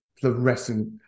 fluorescent